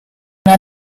una